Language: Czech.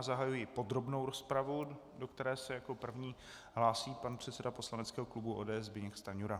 Zahajuji podrobnou rozpravu, do které se jako první hlásí pan předseda poslaneckého klubu ODS Zbyněk Stanjura.